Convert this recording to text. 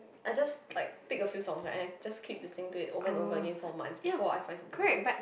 I just like take a few songs right and then just keep listening to it over and over again four months before I find something new